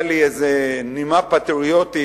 היתה איזו נימה פטריוטית,